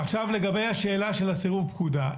עכשיו לגבי השאלה של הסירוב פקודה.